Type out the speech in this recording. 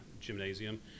gymnasium